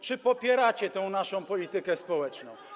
Czy popieracie tę naszą politykę społeczną?